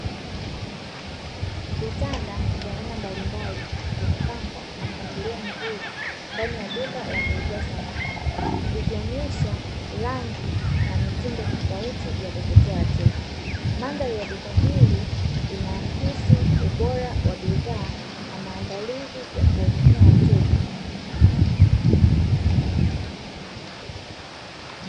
Vitanda vya aina mbalimbali, vimepangwa kwa mpangilio mzuri ndani ya duka la kuuzia samani, vikionyesha rangi na mitindo tofauti ya kuvutia wateja. Madhari ya duka hili inaakisi ubora wa bidhaa na maandalizi ya kuwahudumia wateja.